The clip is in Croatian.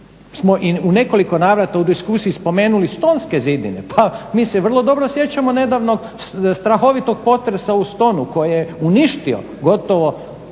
smo i u nekoliko navrata u diskusiji spomenuli Stonske zidine pa mi se vrlo dobro sjećamo nedavno strahovitog potresa u Stonu koji je uništio gotovo